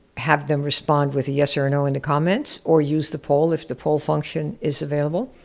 have them respond with a yes or a no in the comments, or use the poll, if the poll function is available,